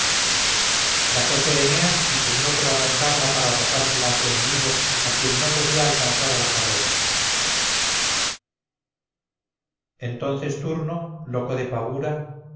bajose eneas y pugnó por arrancarla para arrojársela a su enemigo a quien no podía alcanzar a la carrera entonces turno loco de pavura